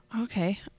Okay